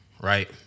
right